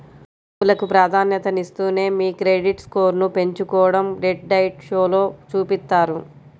అప్పులకు ప్రాధాన్యతనిస్తూనే మీ క్రెడిట్ స్కోర్ను పెంచుకోడం డెట్ డైట్ షోలో చూపిత్తారు